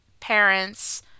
parents